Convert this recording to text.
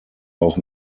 auch